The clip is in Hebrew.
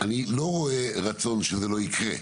אני לא רואה רצון שזה לא יקרה,